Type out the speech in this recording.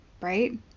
right